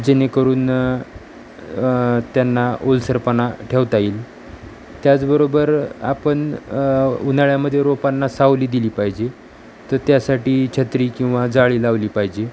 जेणेकरून त्यांना ओलसरपणा ठेवता येईल त्याचबरोबर आपण उन्हाळ्यामध्ये रोपांना सावली दिली पाहिजे तर त्यासाठी छत्री किंवा जाळी लावली पाहिजे